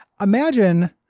Imagine